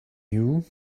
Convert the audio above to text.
you